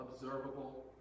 observable